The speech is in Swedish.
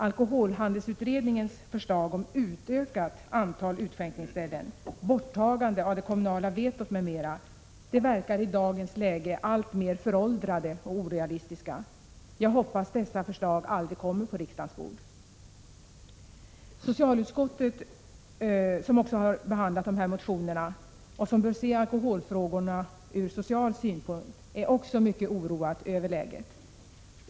Alkoholhandelsutredningens förslag om utökat antal utskänkningsställen, borttagandet av det kommunala vetot m.m. verkar i dagens läge alltmer föråldrade och orealistiska. Jag hoppas att dessa förslag aldrig kommer på riksdagens bord. Socialutskottet, som också har behandlat de här motionerna och som bör se alkoholfrågorna från social synpunkt, är också mycket oroat över läget.